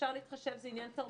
שאפשר להתחשב זה עניין תרבותי,